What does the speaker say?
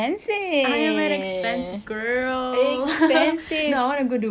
no I want to go dubai for sure cause my number one bucket list since like young